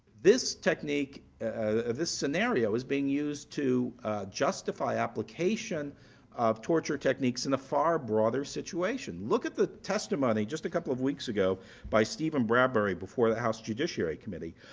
this technique ah this scenario is being used to justify application of torture techniques in a far broader situation. look at the testimony just a couple of weeks ago by steven bradbury before the house judiciary committee,